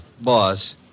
Boss